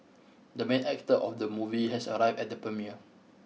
the main actor of the movie has arrived at the premiere